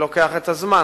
זה לוקח את הזמן.